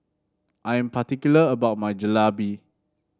I am particular about my Jalebi